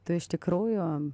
tu iš tikrųjų